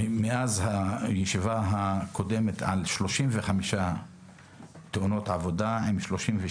מאז הישיבה הקודמת אנחנו מדברים על 35 תאונות עבודה עם 38